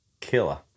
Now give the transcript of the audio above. killer